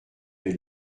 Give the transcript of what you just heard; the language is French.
est